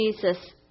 Jesus